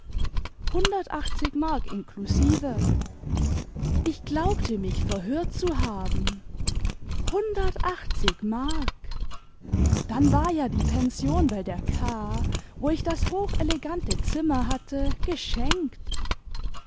hundertachtzig mark inklusive ich glaubte mich verhört zu haben hundertachtzig mark dann war ja die pension bei der k wo ich das hochelegante zimmer hatte geschenkt